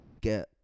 get